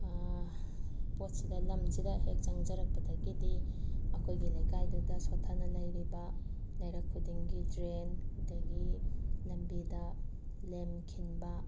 ꯄꯣꯠꯁꯤꯗ ꯂꯝꯁꯤꯗ ꯍꯦꯛ ꯆꯪꯖꯔꯛꯄꯗꯒꯤꯗꯤ ꯑꯩꯈꯣꯏꯒꯤ ꯂꯩꯀꯥꯏꯗꯨꯗ ꯁꯣꯠꯊꯅ ꯂꯩꯔꯤꯕ ꯂꯩꯔꯛ ꯈꯨꯗꯤꯡꯒꯤ ꯗ꯭ꯔꯦꯟ ꯑꯗꯒꯤ ꯂꯝꯕꯤꯗ ꯂꯦꯝ ꯈꯤꯟꯕ